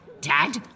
Dad